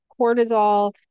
cortisol